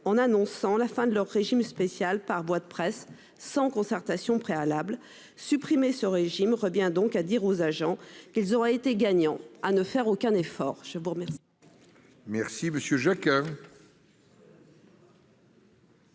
en annonçant la fin de leur régime spécial par voie de presse, sans concertation préalable. Supprimer ce régime revient au fond à dire aux agents qu'ils auraient été gagnants à ne faire aucun effort. L'amendement